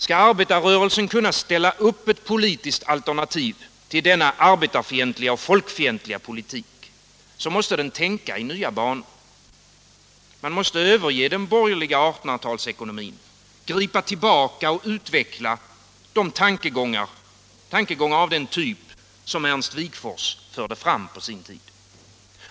Skall arbetarrörelsen kunna ställa upp ett politiskt alternativ till denna arbetarfientliga och folkfientliga politik, måste den tänka i nya banor. Man måste överge den borgerliga 1800-talsekonomin och gripa tillbaka och utveckla tankegångar av den typ som Ernst Wigforss förde fram på sin tid.